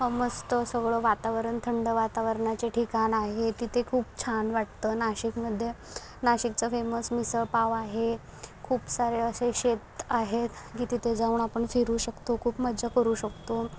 मस्त सगळं वातावरण थंड वातावरणाचे ठिकाण आहे तिथे खूप छान वाटतं नाशिकमध्ये नाशिकचं फेमस मिसळ पाव आहे खूप सारे असे शेत आहे की तिथे जाऊन आपण फिरू शकतो खूप मज्जा करू शकतो